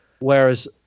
Whereas